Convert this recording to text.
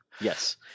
Yes